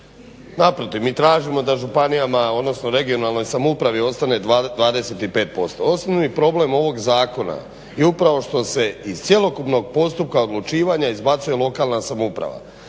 Naprotiv, mi tražimo da županijama odnosno regionalnoj samoupravi ostane 25%. Osnovni problem ovog zakona je upravo što se iz cjelokupnog postupka odlučivanja izbacuje lokalna samouprava.